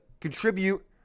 contribute